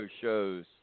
shows